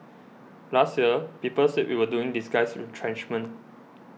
last year people said we were doing disguised retrenchment